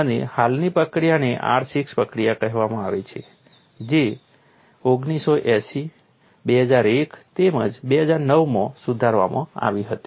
અને હાલની પ્રક્રિયાને R6 પ્રક્રિયા કહેવામાં આવે છે જે 1980 2001 તેમજ 2009 માં સુધારવામાં આવી હતી